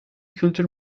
kültür